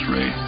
Ray